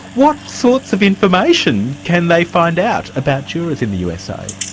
what sorts of information can they find out about jurors in the usa?